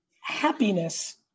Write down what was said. happiness